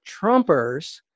Trumpers